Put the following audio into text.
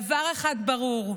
דבר אחד ברור: